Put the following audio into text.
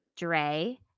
Dre